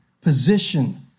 position